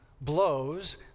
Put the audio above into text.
blows